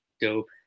dope